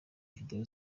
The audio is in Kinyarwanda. video